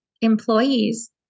employees